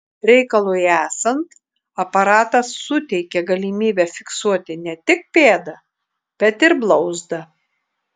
reikalui esant aparatas suteikia galimybę fiksuoti ne tik pėdą bet ir blauzdą